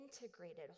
integrated